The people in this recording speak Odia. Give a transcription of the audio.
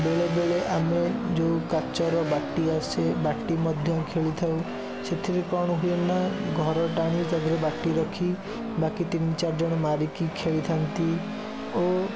ବେଳେବେଳେ ଆମେ ଯେଉଁ କାଚର ବାଟି ଆସେ ବାଟି ମଧ୍ୟ ଖେଳିଥାଉ ସେଥିରେ କ'ଣ ହୁଏନା ଘରଟାଣି ତା'ଦେହରେ ବାଟି ରଖି ବାକି ତିନି ଚାରି ଜଣ ମାରିକି ଖେଳିଥାନ୍ତି ଓ